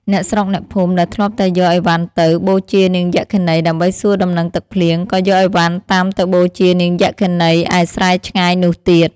អ្នកស្រុកអ្នកភូមិ ដែលធ្លាប់តែយកឥវ៉ាន់ទៅ បូជានាងយក្ខិនីដើម្បីសួរដំណឹងទឹកភ្លៀង ក៏យកឥវ៉ាន់តាមទៅបូជានាងយក្ខិនី ឯស្រែឆ្ងាយនោះទៀត។